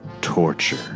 torture